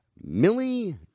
Millie